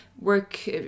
work